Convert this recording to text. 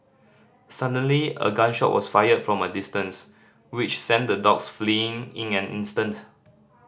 suddenly a gun shot was fired from a distance which sent the dogs fleeing in an instant